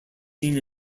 seen